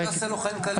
אל תעשה לו חיים קלים.